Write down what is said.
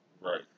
Right